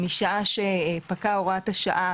משעה שפקעה הוראת השעה,